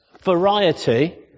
Variety